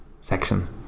section